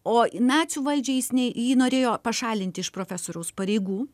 o nacių valdžiai jis ne jį norėjo pašalinti iš profesoriaus pareigų